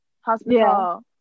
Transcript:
hospital